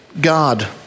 God